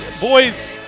boys